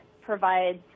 provides